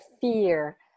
fear